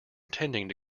intending